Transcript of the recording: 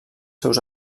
seus